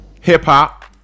hip-hop